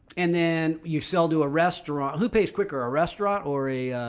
and then you sell to a restaurant who pays quicker or a restaurant or a,